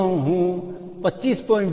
જો હું 25